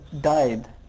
died